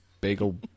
Bagel